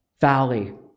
valley